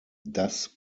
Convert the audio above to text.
das